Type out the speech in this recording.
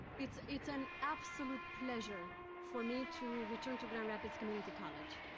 it's it's an absolute pleasure for me to return to grand rapids community college,